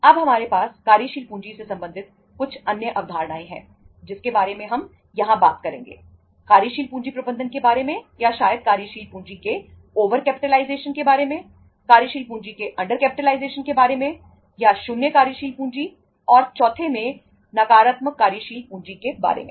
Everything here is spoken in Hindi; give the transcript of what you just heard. अब हमारे पास कार्यशील पूंजी से संबंधित कुछ अन्य अवधारणाएं हैं जिसके बारे में हम यहां बात करेंगे कार्यशील पूंजी प्रबंधन के बारे में या शायद कार्यशील पूंजी के ओवर केपीटलाइजेशन के बारे में या शून्य कार्यशील पूंजी और चौथे में नकारात्मक कार्यशील पूंजी के बारे में